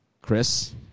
Chris